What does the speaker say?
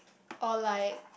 or like